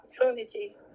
opportunity